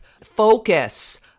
focus